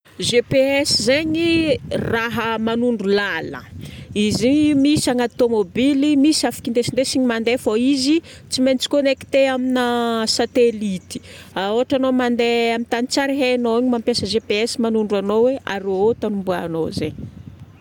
GPS zaigny raha manondro lalagna. Izy misy agnaty tômôbily, misy afaka indesindesigna mandeha fogna. Izy tsy maintsy connecté amina satelity. Ôhatra anao mandeha amin'ny tany tsy ary hainao, ny mampiasa GPS manondro anao hoe aroa tany omboanao zay.